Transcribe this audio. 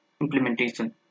Implementation